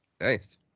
Nice